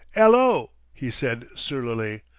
ello, he said surlily.